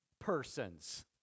persons